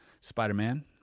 Spider-Man